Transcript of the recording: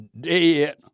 dead